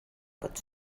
pot